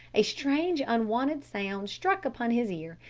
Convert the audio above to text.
a strange, unwonted sound struck upon his ear,